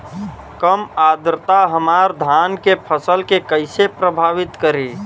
कम आद्रता हमार धान के फसल के कइसे प्रभावित करी?